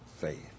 faith